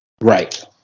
Right